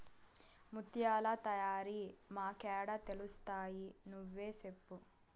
ముత్యాల తయారీ మాకేడ తెలుస్తయి నువ్వే సెప్పు